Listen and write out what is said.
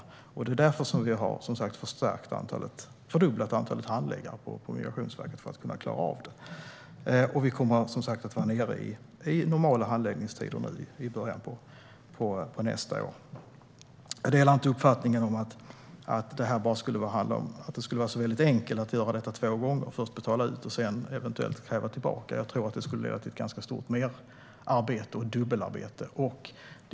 Det är som sagt därför - för att kunna klara av detta - som vi har fördubblat antalet handläggare på Migrationsverket. Vi kommer att vara nere på normala handläggningstider i början av nästa år. Jag delar inte uppfattningen att det skulle vara enkelt att först betala ut och sedan eventuellt kräva tillbaka pengar. Jag tror att det skulle leda till ett ganska stort merarbete och dubbelarbete.